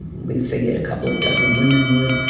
we figured a couple of dozen women would,